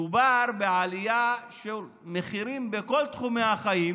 מדובר בעלייה של מחירים בכל תחומי החיים